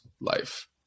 life